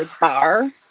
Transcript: bar